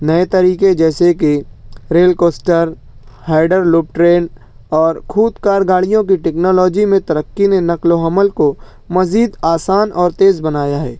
نئے طریقے جیسے کہ ریل کوسٹر ہیڈر لکٹریل اور خودکار گاڑیوں کی ٹکنالوجی میں ترقی نے نقل و حمل کو مزید آسان اور تیز بنایا ہے